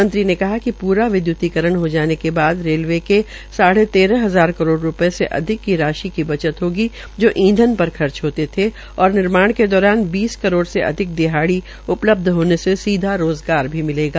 मंत्री ने बताया कि पूरा विद्य्तीकरण हो जाने के बाद रेलवे के साढ़े तेरह हजार करोड़ रूपये से अधिक राशि की बचत होगी जो इंधन पर खर्च होते थे और निर्माण के दौरान बीस करोड़ से अधिक दिहाड़ी उपलब्ध होने से सीधा रोज़गार भी मिलेगा